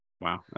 Wow